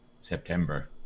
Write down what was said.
September